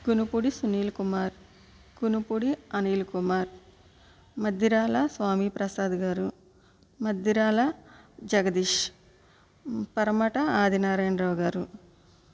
కునుపుడి సునీల్ కుమార్ కునుపుడి అనిల్ కుమార్ మద్దిరాల స్వామి ప్రసాద్ గారు మద్దిరాల జగదీష్ పరమట ఆదినారాయణ రావు గారు